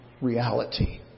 reality